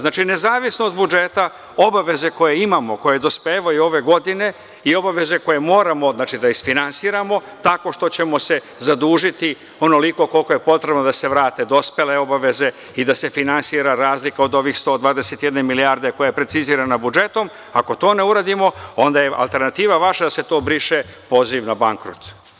Znači, nezavisno od budžeta, obaveze koje imamo, koje dospevaju ove godine i obaveze koje moramo da isfinansiramo, tako što ćemo se zadužiti onoliko koliko je potrebno da se vrate dospele obaveze i da se finansira razlika od ove 121 milijarde koja je precizirana budžetom, ako to ne uradimo, onda je alternativa vaša da se to briše - poziv na bankrot.